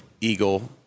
eagle